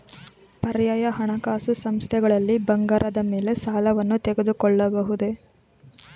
ಪರ್ಯಾಯ ಹಣಕಾಸು ಸಂಸ್ಥೆಗಳಲ್ಲಿ ಬಂಗಾರದ ಮೇಲೆ ಸಾಲವನ್ನು ತೆಗೆದುಕೊಳ್ಳಬಹುದೇ?